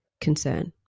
concern